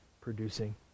producing